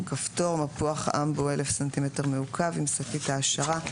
כפתור 1 מפוח אמבו 1000 סנטימטר מעוקב עם שקית העשרה 1